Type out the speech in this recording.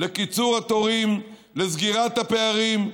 לקיצור התורים, לסגירת הפערים.